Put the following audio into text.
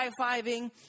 high-fiving